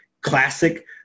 classic